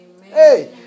hey